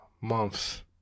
months